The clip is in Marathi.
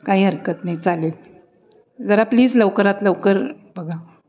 काही हरकत नाही चालेल जरा प्लीज लवकरात लवकर बघा